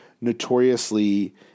notoriously